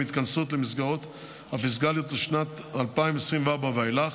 התכנסות למסגרות הפיסקליות לשנת 2024 ואילך,